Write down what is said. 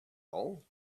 all